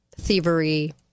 thievery